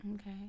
Okay